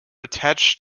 attached